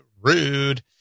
rude